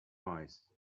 wise